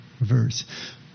verse